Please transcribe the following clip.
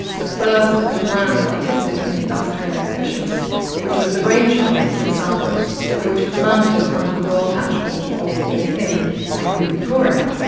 the first of the grand artistic and industrial exhibitions which was the brain child of prince albert and which was mounted under the royal patronage of both him and queen victoria,